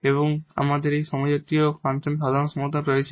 এবং আমাদের এই হোমোজিনিয়াস সমীকরণের সাধারণ সমাধান রয়েছে